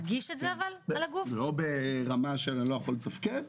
לא ברמה שאני לא יכול לתפקד,